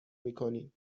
میکنیم